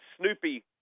Snoopy